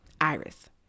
Iris